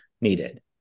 needed